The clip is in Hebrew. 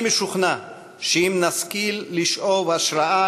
אני משוכנע שאם נשכיל לשאוב השראה